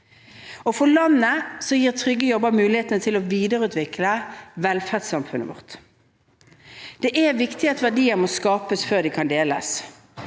For landet gir trygge jobber muligheten til å videreutvikle velferdssamfunnet vårt. Det er viktig at verdiene skapes før de kan deles.